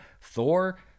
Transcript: Thor